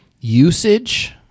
usage